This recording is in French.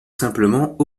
simplement